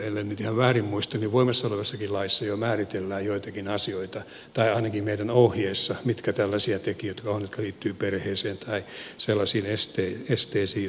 ellen nyt ihan väärin muista niin voimassa olevassakin laissa jo määritellään joitakin asioita tai ainakin meidän ohjeessa mitkä tällaisia tekijöitä ovat jotka liittyvät perheeseen tai sellaisiin esteisiin jotka ovat päteviä